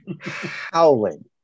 howling